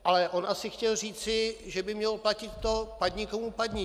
Ale on asi chtěl říci, že by mělo platit to padni, tomu padni.